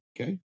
Okay